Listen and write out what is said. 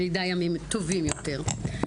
שנדע ימים טובים יותר.